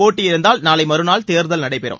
போட்டியிருந்தால் நாளை மறுநாள் தேர்தல் நடைபெறும்